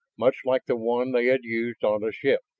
much like the one they had used on the ship.